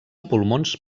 pulmons